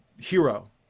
Hero